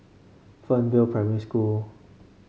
Fernvale Primary School